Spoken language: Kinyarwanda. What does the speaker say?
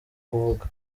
kuvuga